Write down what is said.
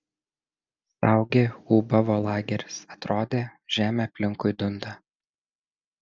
staugė ūbavo lageris atrodė žemė aplinkui dunda